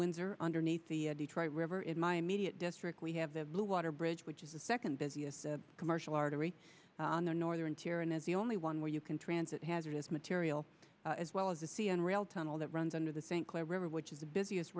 windsor underneath the detroit river in my immediate district we have the blue water bridge which is the second busiest commercial artery on the northern tier and is the only one where you can transit hazardous material as well as the c n rail tunnel that runs under the thing clear river which is the busiest